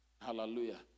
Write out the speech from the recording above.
Hallelujah